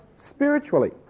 spiritually